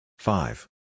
Five